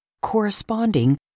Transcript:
corresponding